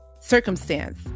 circumstance